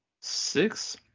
Six